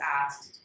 asked